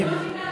אני, רגע,